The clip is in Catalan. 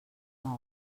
mou